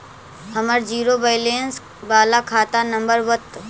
हमर zero balance बाला खाता नम्बर बत?